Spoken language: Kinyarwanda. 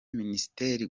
ministeri